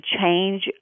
change